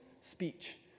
speech